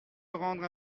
rendre